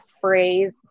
phrase